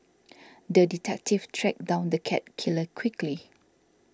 the detective tracked down the cat killer quickly